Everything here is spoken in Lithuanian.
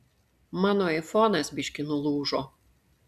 mano aifonas biškį nulūžo